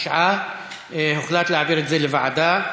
9. הוחלט להעביר את הנושא לוועדה.